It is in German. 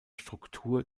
struktur